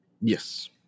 yes